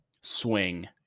swing